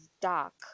dark